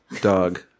Dog